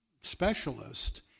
specialist